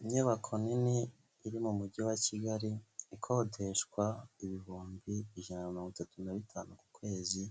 Inyubako nini iri mu Mujyi wa Kigali ikodeshwa ibihumbi ijana mirongo itatu na bitanu ku kwezi,